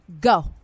go